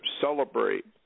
celebrate